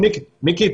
מיקי,